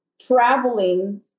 traveling